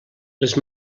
les